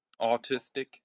Autistic